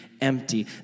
empty